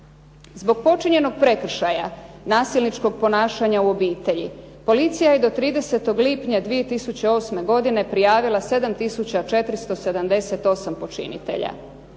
Zbog počinjenog prekršaja nasilničkog ponašanja u obitelji policija je do 30. lipnja 2008. godine prijavila 7478 počinitelja.